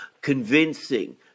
convincing